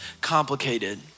complicated